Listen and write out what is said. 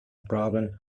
problem